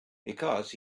because